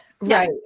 right